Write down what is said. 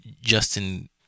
Justin